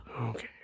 okay